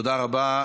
תודה רבה.